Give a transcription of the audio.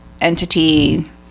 entity